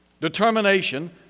determination